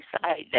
side